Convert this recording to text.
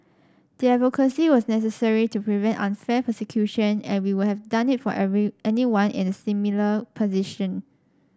the advocacy was necessary to prevent unfair persecution and we would have done it for every anyone in a similar position